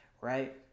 right